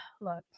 look